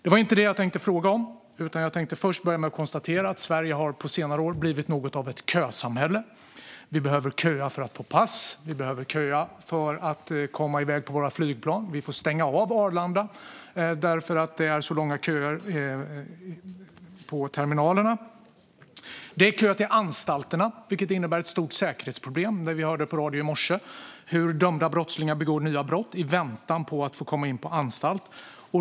Det var inte detta jag tänkte fråga om, utan jag tänkte börja med att konstatera att Sverige på senare år har blivit något av ett kösamhälle. Vi behöver köa för att få pass. Vi behöver köa för att komma iväg i våra flygplan. Man får stänga av Arlanda för att det är så långa köer på terminalerna. Det är kö till anstalterna, vilket innebär ett stort säkerhetsproblem. Vi hörde på radio i morse hur dömda brottslingar begår nya brott i väntan på att få komma in på anstalt.